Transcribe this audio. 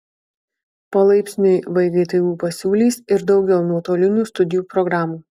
palaipsniui vgtu pasiūlys ir daugiau nuotolinių studijų programų